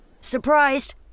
surprised